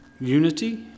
unity